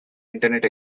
internet